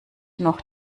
noch